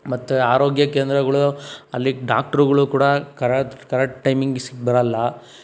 ಮತ್ತೆ ಆರೋಗ್ಯ ಕೇಂದ್ರಗಳು ಅಲ್ಲಿ ಡಾಕ್ಟ್ರುಗಳು ಕೂಡಾ ಕರಟ್ ಕರೆಟ್ ಟೈಮಿಂಗ್ಸಿಗೆ ಬರಲ್ಲ